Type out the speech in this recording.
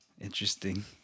Interesting